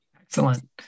Excellent